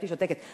הייתי שותקת.